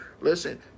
listen